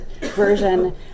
version